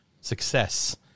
success